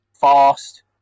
fast